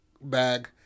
bag